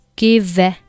give